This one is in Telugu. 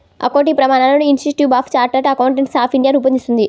అకౌంటింగ్ ప్రమాణాలను institute of chartered accountants of India రూపొందిస్తుంది